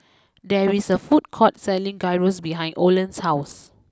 there is a food court selling Gyros behind Oland's house